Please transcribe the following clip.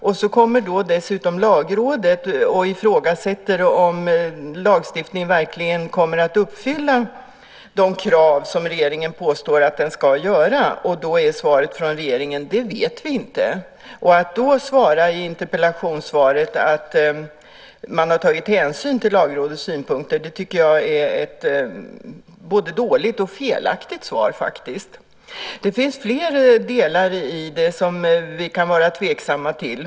Sedan ifrågasätter dessutom Lagrådet om lagstiftningen verkligen kommer att uppfylla de krav som regeringen påstår att den ska göra. Då är svaret från regeringen: Det vet vi inte. Att då säga i interpellationssvaret att man har tagit hänsyn till Lagrådets synpunkter tycker jag är att ge ett både dåligt och felaktigt svar. Det finns fler delar i det som vi kan vara tveksamma till.